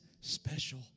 special